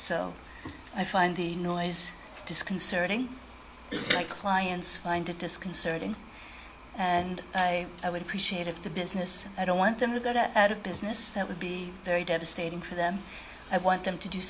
so i find the noise disconcerting clients find it disconcerting and i would appreciate if the business i don't want them to that are out of business that would be very devastating for them i want them to do